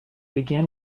began